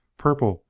purple,